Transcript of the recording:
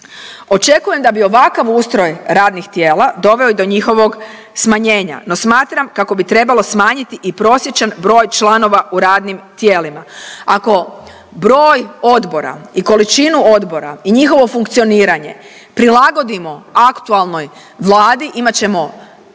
Očekujem da bi ovakav ustroj radnih tijela doveo do njihovog smanjenja, no smatram kako bi trebalo smanjiti i prosječan broj članova u radnim tijelima. Ako broj odbora i količinu odbora i njihovo funkcioniranje prilagodimo aktualnoj Vladi imat ćemo